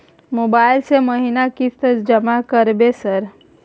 Mobile से महीना किस्त जमा करबै सर?